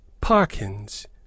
Parkins